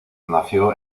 nació